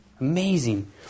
Amazing